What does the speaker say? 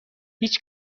هیچ